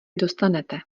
dostanete